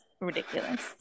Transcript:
ridiculous